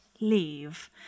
leave